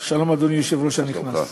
שלום, אדוני היושב-ראש הנכנס.